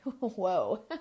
whoa